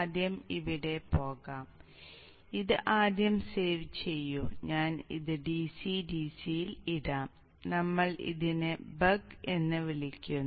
ആദ്യം ഇവിടെ പോകാം ഇത് ആദ്യം സേവ് ചെയ്യൂ ഞാൻ ഇത് DC DC യിൽ ഇടാം നമ്മൾ ഇതിനെ ബക്ക് എന്ന് വിളിക്കുന്നു